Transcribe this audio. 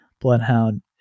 Bloodhound